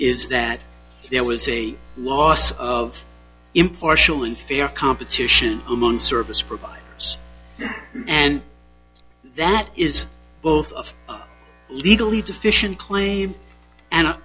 is that there was a loss of impartial and fair competition among service provider and that is both of legally deficient claims and